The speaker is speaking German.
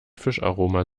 fischaroma